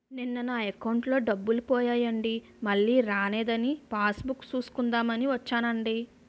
నిన్న నా అకౌంటులో డబ్బులు పోయాయండి మల్లీ రానేదని పాస్ బుక్ సూసుకుందాం అని వచ్చేనండి